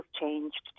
changed